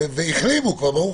והחלימו, ב"ה.